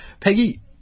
Peggy